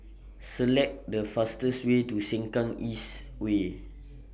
Select The fastest Way to Sengkang East Way